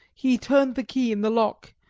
he turned the key in the lock,